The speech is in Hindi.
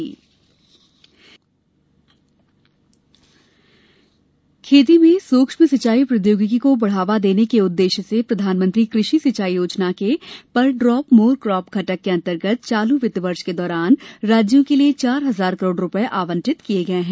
पर ड्राप मोर काप खेती में सूक्ष्म सिंचाई प्रौद्योगिकी को बढ़ावा देने के उद्वेश्य से प्रधानमंत्री कृषि सिंचाई योजना के पर ड्राप मोर क्राप घटक के अंतर्गत चालू वित्त वर्ष के दौरान राज्यों के लिए चार हजार करोड़ रूपये आवंटित किए गए हैं